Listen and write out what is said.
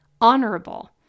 honorable